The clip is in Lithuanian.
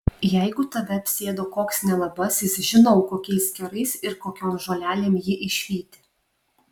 jeigu tave apsėdo koks nelabasis žinau kokiais kerais ir kokiom žolelėm jį išvyti